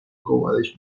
گوارش